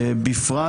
בפרט